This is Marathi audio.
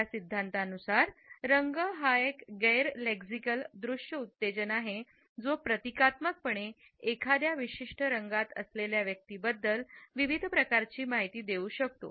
या सिद्धांतानुसार रंग हा एक गैर लॅझिकल दृश्य उत्तेजन आहे जो प्रतीकात्मकपणे एखाद्या विशिष्ट रंगात असलेल्या व्यक्तीबद्दल विविध प्रकारची माहिती देऊ शकतो